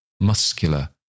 muscular